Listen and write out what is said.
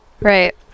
Right